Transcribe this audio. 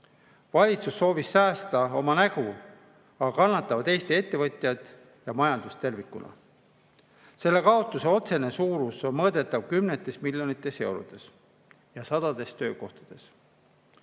Valitsus soovis säästa oma nägu, aga kannatavad Eesti ettevõtjad ja majandus tervikuna. Selle kaotuse otsene suurus on mõõdetav kümnetes miljonites eurodes ja sadades töökohtades.